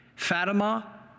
Fatima